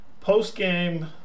post-game